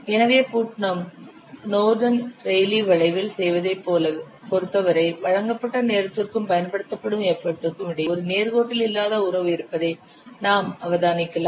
எனவே Putnam Norden Rayleigh வளைவில் செய்வதைப் பொறுத்தவரை வழங்கப்பட்ட நேரத்திற்கும் பயன்படுத்தப்படும் எஃபர்ட்டிற்கு இடையே ஒரு நேர்கோட்டில் இல்லாத உறவு இருப்பதை நாம் அவதானிக்கலாம்